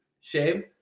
shave